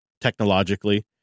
technologically